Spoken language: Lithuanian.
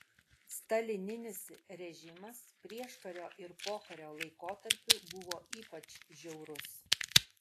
stalininis režimas prieškario ir pokario laikotarpiu buvo ypač žiaurus